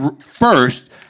first